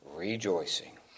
rejoicing